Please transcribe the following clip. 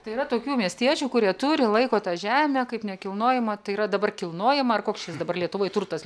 tai yra tokių miestiečių kurie turi laiko tą žemę kaip nekilnojamą tai yra dabar kilnojamą ar koks čia jis dabar lietuvoj turtas